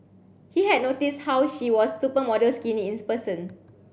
he had noticed how she was supermodel skinny in person